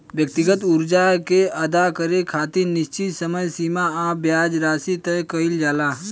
व्यक्तिगत कर्जा के अदा करे खातिर निश्चित समय सीमा आ ब्याज राशि तय कईल जाला